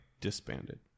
disbanded